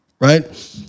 Right